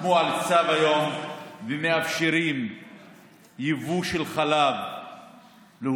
חתמו על צו היום ומאפשרים יבוא של חלב להוזלת